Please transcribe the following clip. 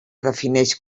defineix